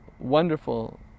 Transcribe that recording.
wonderful